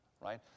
Right